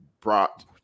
brought